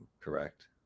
Correct